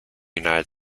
united